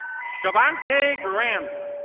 shavante grant.